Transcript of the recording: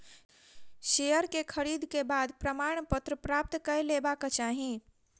share के खरीद के बाद प्रमाणपत्र प्राप्त कय लेबाक चाही